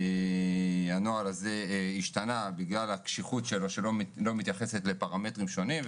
הנוהל הזה השתנה בגלל הקשיחות שלו שלא מתייחסת לפרמטרים שונים.